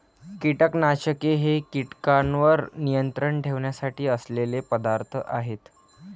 कीटकनाशके हे कीटकांवर नियंत्रण ठेवण्यासाठी असलेले पदार्थ आहेत